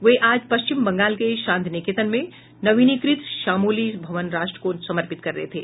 वे आज पश्चिम बंगाल के शांति निकेतन में नवीनीकृत श्यामोली भवन राष्ट्र को समर्पित कर रहे थे